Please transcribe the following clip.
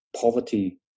poverty